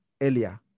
earlier